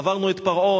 עברנו את פרעה,